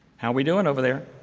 how are we doing over there?